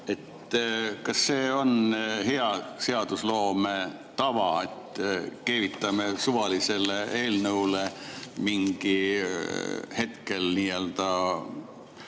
2. Kas see on hea seadusloome tava, et keevitame suvalisele eelnõule mingil hetkel nii-öelda